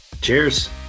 cheers